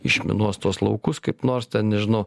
išminuos tuos laukus kaip nors ten nežinau